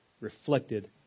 reflected